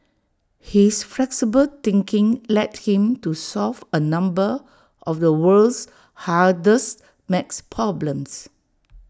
his flexible thinking led him to solve A number of the world's hardest math problems